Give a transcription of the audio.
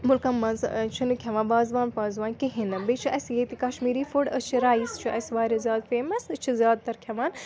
مُلکَن منٛز چھِنہٕ کھٮ۪وان وازوان وازوان کِہیٖنۍ نہٕ بیٚیہِ چھُ اَسہِ ییٚتہِ کَشمیٖری فُڈ أسۍ چھِ رایِس چھِ اَسہِ واریاہ زیادٕ فیمَس أسۍ چھِ زیادٕ تَر کھٮ۪وان